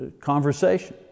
conversation